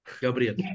Gabriel